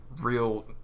real